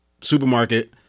supermarket